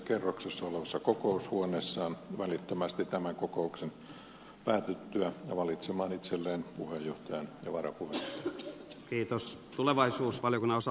kerroksessa olevassa kokoushuoneessaan välittömästi tämän istunnon päätyttyä valitsemaan itselleen puheenjohtajan ja varapuheenjohtajan